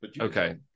okay